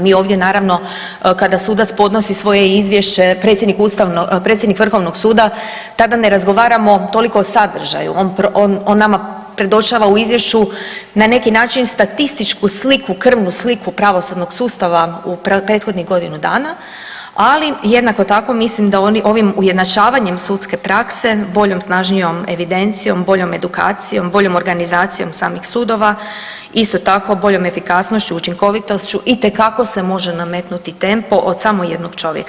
Mi ovdje naravno kada sudac podnosi svoje izvješće, predsjednik Vrhovnog suda tada ne razgovaramo toliko o sadržaju, on nama predočava u izvješću na neki način statističku sliku, krvnu sliku pravosudnog sustava u prethodnih godinu dana, ali jednako tako mislim da ovim ujednačavanjem sudske prakse, boljom snažnijom evidencijom, boljom edukacijom, boljom organizacijom samih sudova, isto tako boljom efikasnošću, učinkovitošću itekako se može nametnuti tempo od samo jednog čovjeka.